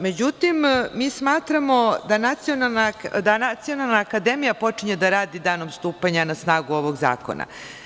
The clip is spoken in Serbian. Međutim, mi smatramo da Nacionalna akademija počinje da radi danom stupanja na snagu ovog zakona.